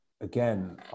again